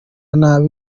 nabi